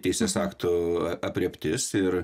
teisės aktų aprėptis ir